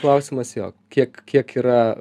klausimas jo kiek kiek yra